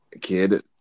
kid